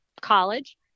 college